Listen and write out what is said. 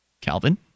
Calvin